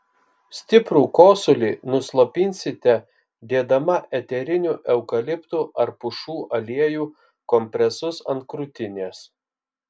stiprų kosulį nuslopinsite dėdama eterinių eukaliptų ar pušų aliejų kompresus ant krūtinės